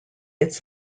its